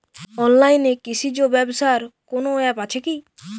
অনলাইনে কৃষিজ ব্যবসার কোন আ্যপ আছে কি?